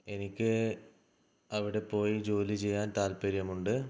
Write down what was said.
എനിക്ക് അവിടെ പോയി ജോലി ചെയ്യാന് താല്പര്യമുണ്ട്